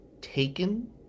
taken